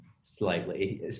slightly